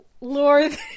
Lord